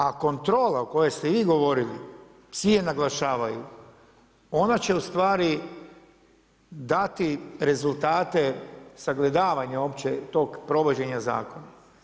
A kontrola o kojoj ste vi govorili svi je naglašavaju, ona će u stvari dati rezultate sagledavanja uopće provođenja zakona.